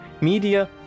media